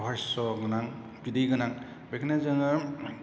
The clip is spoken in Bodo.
रहस्य गोनां बिदै गोनां बेखायनो जोङो